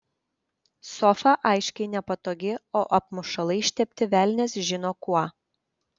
sofa aiškiai nepatogi o apmušalai ištepti velnias žino kuo